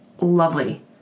lovely